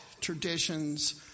traditions